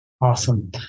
Awesome